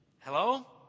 Hello